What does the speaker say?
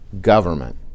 government